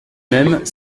mêmes